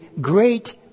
great